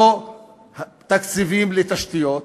לא תקציבים לתשתיות,